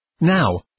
Now